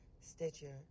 Stitcher